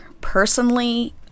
personally